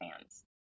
fans